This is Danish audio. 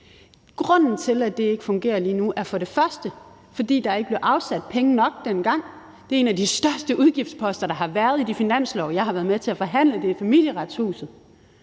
Grunden til, at det ikke fungerer lige nu, er, at der ikke blev afsat penge nok dengang. En af de største udgiftsposter, der har været i de finanslove, jeg har været med til at forhandle, er Familieretshuset.